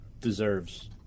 deserves